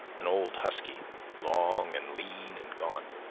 an old husky, long and lean and gaunt,